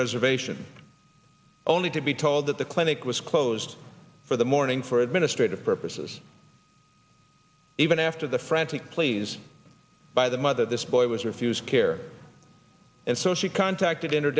reservation only to be told that the clinic was closed for the morning for administrative purposes even after the frantic pleas by the mother this boy was refused care and so she contacted in